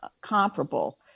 comparable